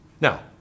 Now